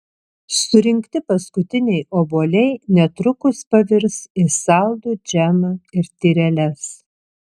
surinkti paskutiniai obuoliai netrukus pavirs į saldų džemą ir tyreles